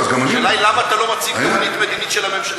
היא למה אתה לא מציג תוכנית מדינית של הממשלה?